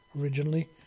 originally